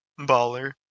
baller